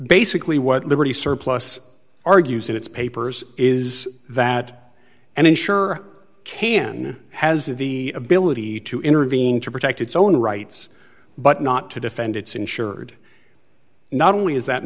basically what liberty surplus argues in its papers is that and insure can has the ability to intervene to protect its own rights but not to defend its insured not only is that